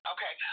Okay